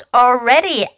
already